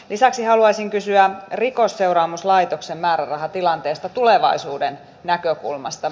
lisäksi haluaisin kysyä rikosseuraamuslaitoksen määrärahatilanteesta tulevaisuuden näkökulmasta